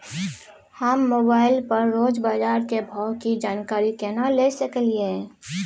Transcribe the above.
हम मोबाइल पर रोज बाजार के भाव की जानकारी केना ले सकलियै?